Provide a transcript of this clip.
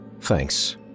Thanks